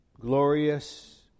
glorious